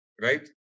right